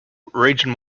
region